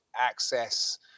access